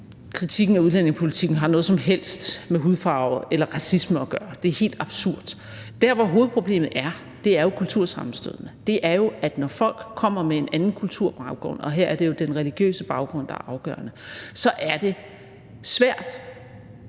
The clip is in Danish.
kritikken af udlændingepolitikken har noget som helst med hudfarve eller racisme at gøre. Det er helt absurd. Der, hvor hovedproblemet er, er jo i kultursammenstødene; det er jo, at når folk kommer med en anden kulturbaggrund – her er det jo den religiøse baggrund, der er afgørende – så er det svært